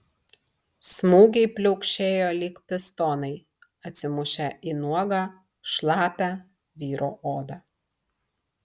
smūgiai pliaukšėjo lyg pistonai atsimušę į nuogą šlapią vyro odą